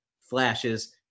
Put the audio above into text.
flashes